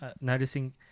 noticing